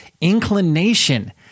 inclination